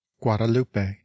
guadalupe